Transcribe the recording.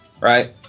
Right